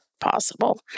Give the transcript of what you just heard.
possible